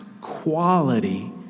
quality